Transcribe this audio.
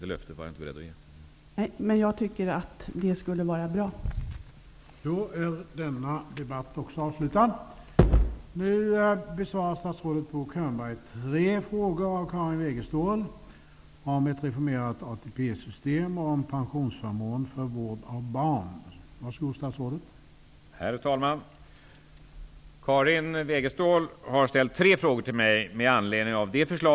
Det löftet var jag inte beredd att ge.